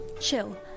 chill